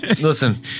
listen